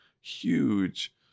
huge